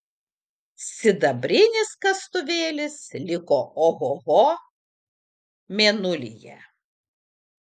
sidabrinis kastuvėlis liko ohoho mėnulyje